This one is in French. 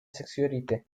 sexualité